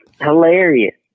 hilarious